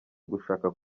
ugushaka